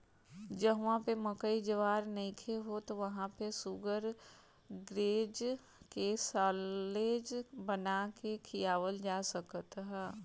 जहवा पे मकई ज्वार नइखे होत वहां पे शुगरग्रेज के साल्लेज बना के खियावल जा सकत ह